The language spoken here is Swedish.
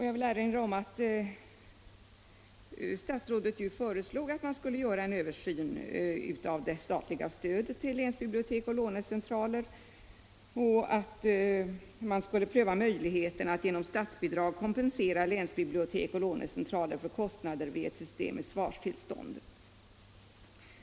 Jag vill erinra om att statsrådet föreslog att man skulle göra en översyn av det statliga stödet till länsbibliotek och lånecentraler och att man skulle pröva möjligheterna att genom statsbidrag kompensera länsbibliotek och lånecentraler för kostnader vid ett system med svarstillstånd.